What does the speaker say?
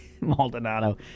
Maldonado